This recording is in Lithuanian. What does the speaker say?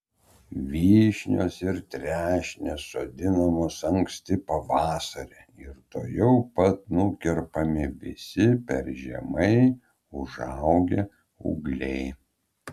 vyšnios ir trešnės sodinamos anksti pavasarį ir tuojau pat nukerpami visi per žemai užaugę ūgliai